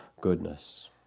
goodness